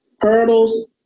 hurdles